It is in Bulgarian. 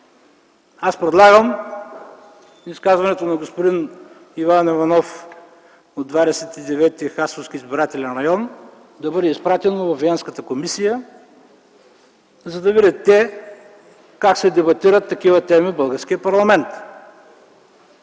Аз предлагам изказването на господин Иван Иванов от 29. Хасковски избирателен район да бъде изпратено във Венецианската комисия, за да видят те как се дебатират такива теми в българския парламент.